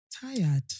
tired